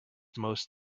most